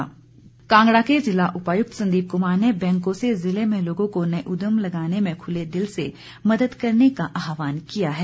उपायुक्त कांगड़ा के जिला उपायुक्त संदीप कुमार ने बैंकों से जिले में लोगों को नए उद्यम लगाने में खुले दिल से मदद करने का आहवान किया है